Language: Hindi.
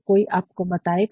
कोई आपको बताएगा